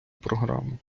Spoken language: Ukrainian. програму